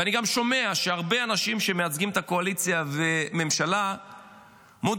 ואני גם שומע שהרבה אנשים שמייצגים את הקואליציה ואת הממשלה מודים